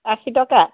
আশী টকা